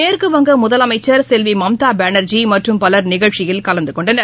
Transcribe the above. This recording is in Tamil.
மேற்குவங்க முதலமைச்சர் செல்விமம்தாபானர்ஜி மற்றும் பலர் நிகழ்ச்சியில் கலந்துகொண்டனர்